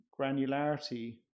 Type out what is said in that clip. granularity